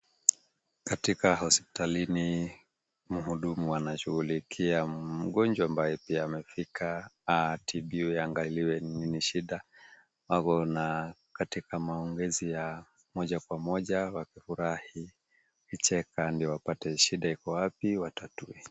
Katika hospitalini, mhudumu anashughulikia mgonjwa ambaye pia amefika, atibiwe, aangaliwe ni nini shida. Wako katika maongezi ya moja kwa moja wakifurahi, kucheka ndio wapate shida iko wapi watatue.